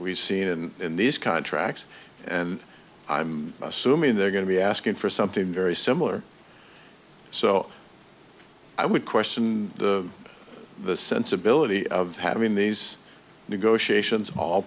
we've seen in in these contracts and i'm assuming they're going to be asking for something very similar so i would question the sensibility of having these negotiations all